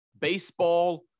baseball